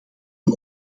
een